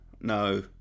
No